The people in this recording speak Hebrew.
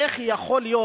איך יכול להיות?